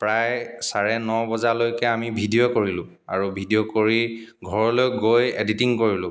প্ৰায় চাৰে ন বজালৈকে আমি ভিডিঅ' কৰিলোঁ আৰু ভিডিঅ' কৰি ঘৰলৈ গৈ এডিটিং কৰিলোঁ